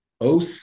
OC